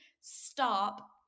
stop